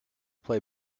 play